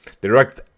direct